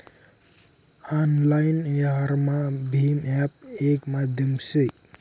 online व्यवहारमा भीम app येक माध्यम से